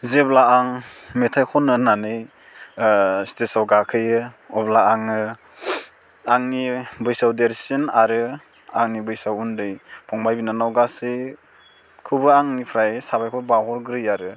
जेब्ला आं मेथाइ खन्नो होननानै स्टेसाव गाखोयो अब्ला आङो आंनि बैसोआव देरसिन आरो आंनि बैसोआव उन्दै फंबाय बिनानाव गासैखौबो आंनिफ्राय साबायखर बावहरग्रोयो आरो